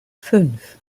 fünf